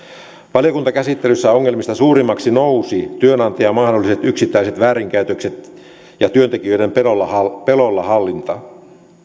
valiokuntakäsittelyssä ongelmista suurimmiksi nousivat työnantajan mahdolliset yksittäiset väärinkäytökset ja työntekijöiden pelolla hallinta